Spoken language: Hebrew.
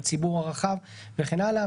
לציבור הרחב וכן הלאה?